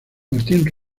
martín